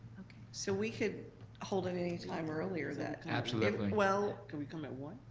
so we could hold it anytime earlier that absolutely. well. can we come at one